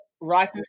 right